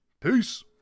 Peace